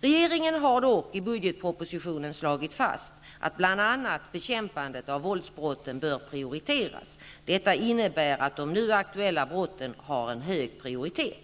Regeringen har dock i budgetpropositionen slagit fast att bl.a. bekämpandet av våldsbrotten bör prioriteras. Detta innebär att de nu aktuella brotten har en hög prioritet.